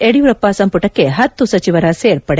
ಯಡಿಯೂರಪ್ಪ ಸಂಪುಟಕ್ಕೆ ಹತ್ತು ಸಚಿವರ ಸೇರ್ಪಡೆ